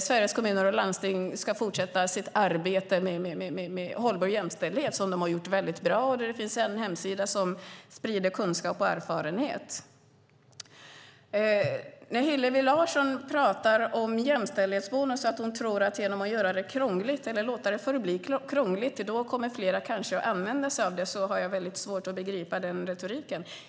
Sveriges Kommuner och Landsting ska fortsätta sitt arbete med hållbar jämställdhet som de har gjort bra. Det finns en hemsida som sprider kunskap. Hillevi Larsson pratar om jämställdhetsbonus och tror att man genom att låta det bli krångligt kommer att få fler att använda sig av den. Jag har svårt att förstå den retoriken.